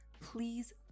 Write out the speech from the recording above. Please